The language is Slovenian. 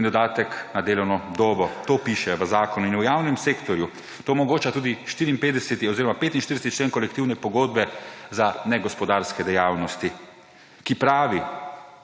in dodatek na delovno dobo«. To piše v zakonu. In v javnem sektorju to omogoča tudi 45. člen kolektivne pogodbe za negospodarske dejavnosti, ki pravi,